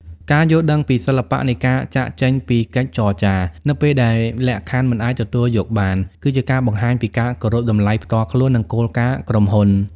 ការយល់ដឹងពីសិល្បៈនៃ "ការចាកចេញពីកិច្ចចរចា" នៅពេលដែលលក្ខខណ្ឌមិនអាចទទួលយកបាន គឺជាការបង្ហាញពីការគោរពតម្លៃផ្ទាល់ខ្លួន និងគោលការណ៍ក្រុមហ៊ុន។